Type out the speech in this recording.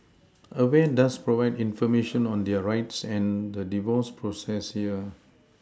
aware does provide information on their rights and the divorce process here